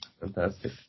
fantastic